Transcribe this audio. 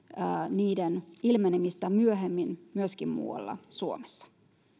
sen ilmenemistä myöhemmin myöskin muualla suomessa